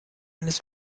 eines